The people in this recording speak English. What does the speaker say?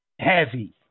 heavy